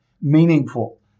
meaningful